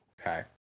Okay